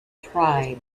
tribes